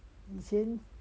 以前